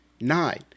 Nine